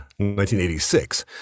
1986